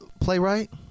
playwright